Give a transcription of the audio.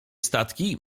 statki